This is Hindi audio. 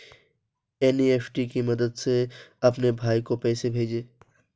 एन.ई.एफ.टी की मदद से अपने भाई को पैसे भेजें